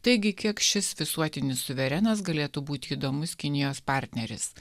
taigi kiek šis visuotinis suverenas galėtų būti įdomus kinijos partneris